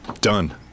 done